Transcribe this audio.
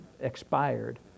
expired